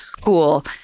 Cool